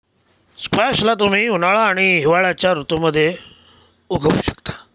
squash ला तुम्ही उन्हाळा आणि हिवाळ्याच्या ऋतूमध्ये उगवु शकता